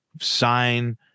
sign